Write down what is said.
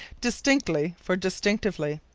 distinctly for distinctively.